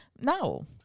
no